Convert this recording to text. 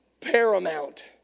paramount